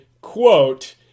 quote